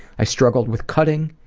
i struggled with cutting,